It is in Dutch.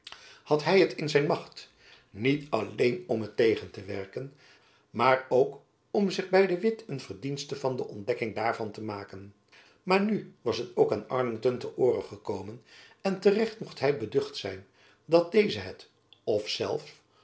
had hy het in zijn macht jacob van lennep elizabeth musch niet alleen om het tegen te werken maar ook om zich by de witt een verdienste van de ontdekking daarvan te maken maar nu was het ook aan arlington ter oore gekomen en te recht mocht hy beducht zijn dat deze het of zelf